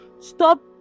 stop